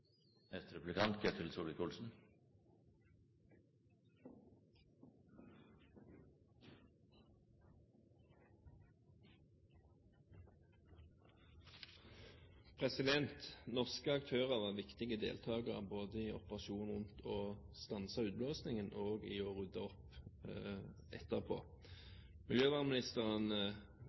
Norske aktører var viktige deltakere både i operasjonen rundt å stanse utblåsningen og i å rydde opp etterpå. Miljøvernministeren